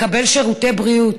לקבל שירותי בריאות?